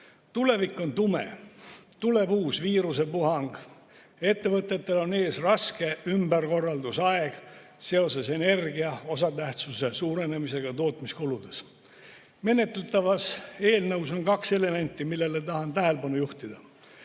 Tulevik on tume. Tuleb uus viiruse puhang. Ettevõtetel on ees raske ümberkorraldusaeg seoses energia osatähtsuse suurenemisega tootmiskuludes. Menetletavas eelnõus on kaks elementi, millele tahan tähelepanu juhtida.